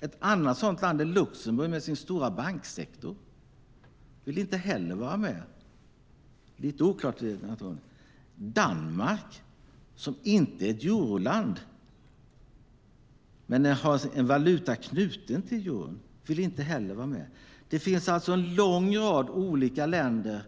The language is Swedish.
Ett annat sådant land är Luxemburg, med sin stora banksektor, som inte heller vill vara med. Danmark, som inte är ett euroland men har en valuta knuten till euron, vill inte heller vara med. Det finns alltså en lång rad länder